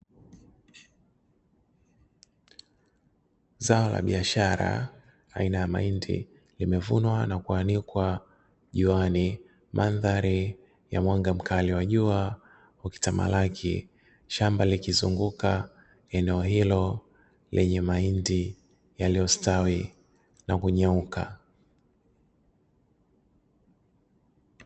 Zao la biashara aina ya mahindi, yamevunwa na kuanikwa juani. Mandhari ya mwanga mkali wa jua ukitamalaki. Shamba likizunguka eneo hilo lenye mahindi yaliyostawi na kunyauka.